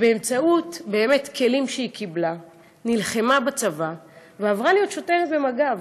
ובאמצעות כלים שהיא קיבלה היא נלחמה בצבא ועברה להיות שוטרת במג"ב.